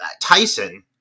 Tyson